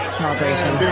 celebration